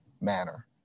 manner